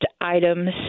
items